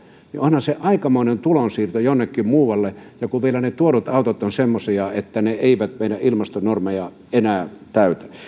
onhan se aikamoinen tulonsiirto jonnekin muualle ja kun vielä ne tuodut autot ovat semmoisia että ne eivät meidän ilmastonormejamme enää täytä